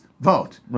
vote